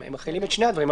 הם מחילים את שני הדברים,